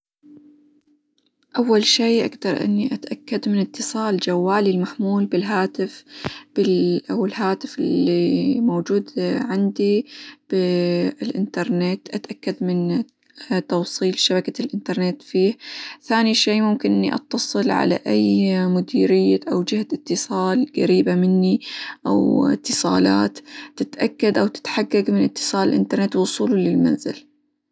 أول شي أقدر إني أتأكد من إتصال جوالي المحمول بالهاتف، -ب-، أو الهاتف اللي موجود عندي -ب- بالإنترنت، أتأكد من توصيل شبكة الإنترنت فيه، ثاني شي ممكن إني أتصل على أي مديرية، أو جهة إتصال قريبة مني، أو إتصالات تتأكد، أو تتحقق من إتصال الإنترنت، ووصوله للمنزل.